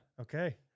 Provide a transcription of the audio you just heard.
Okay